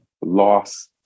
loss